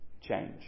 change